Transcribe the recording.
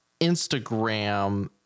Instagram